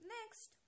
Next